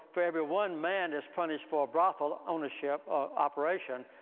for every one man that's punished for brothel ownership or operation,